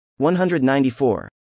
194